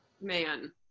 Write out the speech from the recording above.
man